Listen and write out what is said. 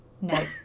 No